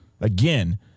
again